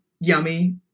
yummy